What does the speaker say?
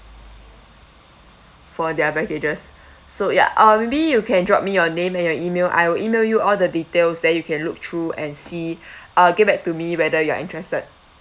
for their packages so ya uh maybe you can drop me your name and your email I will email you all the details then you can look through and see uh get back to me whether you are interested